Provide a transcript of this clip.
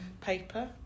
Paper